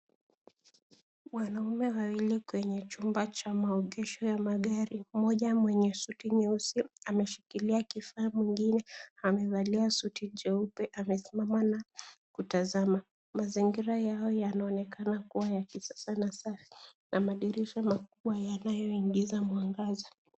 Wanaume wawili kwenye chumba cha maegesho ya magari . Mmoja mwenye suti nyeusi ameshikilia kifaa mwengine amevalia suti jeupe amesimama na kutazama. Mazingira yao yanaonekana ya kisasa na safi. Yana madirisha makubwa yanayoingiza mwangaza.